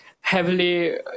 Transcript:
heavily